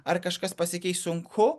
ar kažkas pasikeis sunku